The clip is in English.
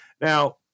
Now